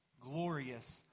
glorious